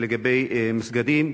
לגבי מסגדים.